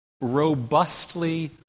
robustly